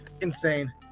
insane